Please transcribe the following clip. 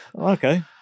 okay